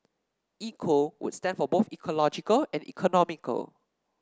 eco would stand for both ecological and economical